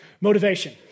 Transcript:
motivation